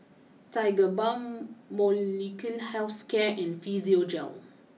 Tiger Balm Molnylcke health care and Physiogel